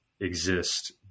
exist